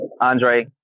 Andre